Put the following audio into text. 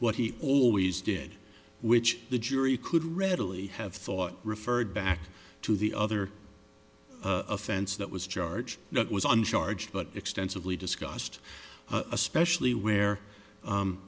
what he always did which the jury could readily have thought referred back to the other offense that was charge that was on charge but extensively discussed especially where